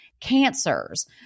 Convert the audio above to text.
cancers